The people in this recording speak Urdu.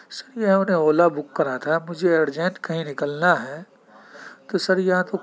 سر یہ ہم نے اولا بک کرا تھا مجھے ارجنٹ کہیں نکلنا ہے تو سر یہاں تو